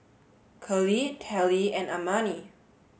Curley Tallie and Amani